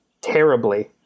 terribly